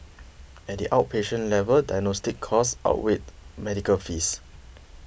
at the outpatient level diagnostic costs outweighed medical fees